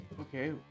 Okay